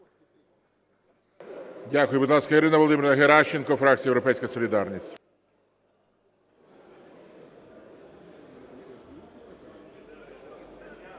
Дякую. Будь ласка, Ірина Володимирівна Геращенко, фракція "Європейська солідарність".